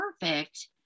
perfect